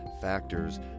factors